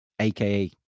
aka